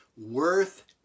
worth